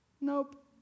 Nope